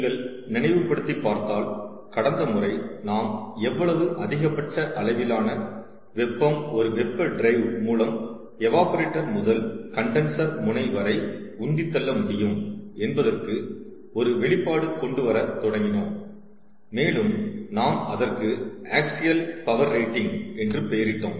நீங்கள் நினைவுபடுத்திப் பார்த்தால் கடந்த முறை நாம் எவ்வளவு அதிகபட்ச அளவிலான வெப்பம் ஒரு வெப்ப டிரைவ் மூலம் எவாப்ரேட்டர் முதல் கண்டன்சர் முனை வரை உந்தித் தள்ள முடியும் என்பதற்கு ஒரு வெளிப்பாடு கொண்டுவர தொடங்கினோம் மேலும் நாம் அதற்கு ஆக்சியல் பவர் ரேட்டிங் என்று பெயரிட்டோம்